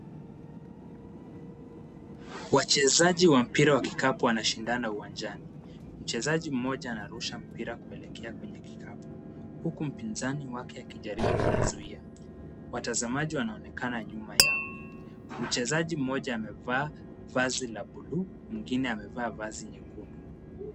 Wachezaji wa mpira wa kikapu, wanashindana uwanjani. Mchezaji mmoja anarusha mpira kuelekea kwenye kikapu, huku mpinzani wake akijaribu kumzuia. Watazamaji wanaonekana nyuma yao. Mchezaji mmoja amevaa vazi la blue , mwengine amevaa vazi nyekundu.